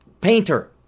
painter